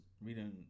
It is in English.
reading